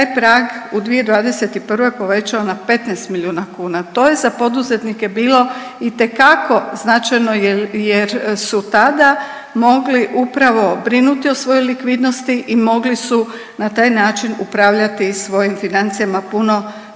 taj prag u 2021. povećao na 15 milijuna kuna. To je za poduzetnike bilo itekako značajno jer su tada mogli upravo brinuti o svojoj likvidnosti i mogli su na taj način upravljati svojim financijama puno,